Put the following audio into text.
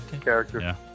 Character